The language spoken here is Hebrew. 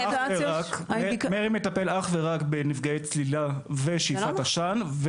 מר"י מטפל אך ורק בנפגעי צלילה ושאיפת עשן,